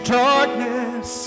darkness